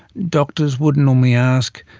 doctors would normally ask,